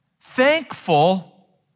thankful